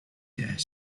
dare